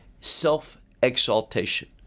self-exaltation